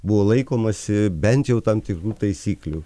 buvo laikomasi bent jau tam tikrų taisyklių